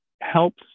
helps